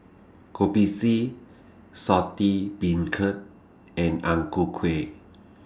Kopi C Saltish Beancurd and Ang Ku Kueh